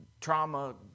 trauma